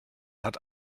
hat